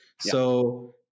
So-